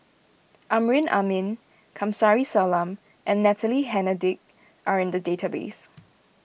Amrin Amin Kamsari Salam and Natalie Hennedige are in the database